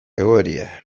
egoera